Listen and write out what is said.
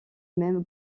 même